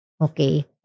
Okay